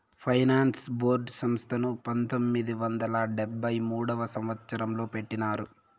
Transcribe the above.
finance board సంస్థను పంతొమ్మిది వందల డెబ్భై మూడవ సంవచ్చరంలో పెట్టినారు